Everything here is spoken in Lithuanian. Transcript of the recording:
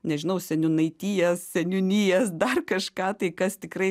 nežinau seniūnaitijas seniūnijas dar kažką tai kas tikrai